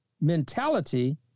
mentality